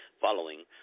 following